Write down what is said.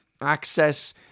access